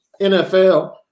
NFL